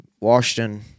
Washington –